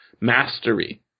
mastery